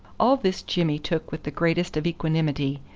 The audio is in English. all this jimmy took with the greatest of equanimity,